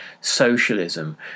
socialism